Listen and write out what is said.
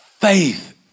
faith